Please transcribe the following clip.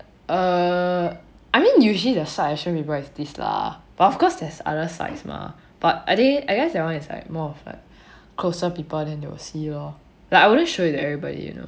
err I mean usually the side I show people is this lah but of course there's other sides mah but are they I guess that one is like more of like closer people then they will see lor like I wouldn't show everybody you know